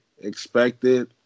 expected